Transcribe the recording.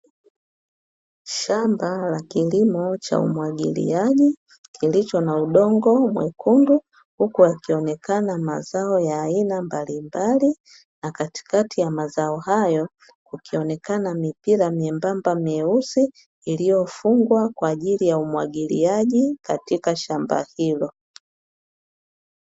Shamba la kilimo cha umwagiliaji, kilicho na udongo mwekundu, huku yakionekana mazao ya aina mbalimbali. Na katikati ya mazao hayo kukionekana mipira membamba meusi, iliyofungwa kwa ajili ya umwagiliaji katika shamba hilo.